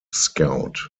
scout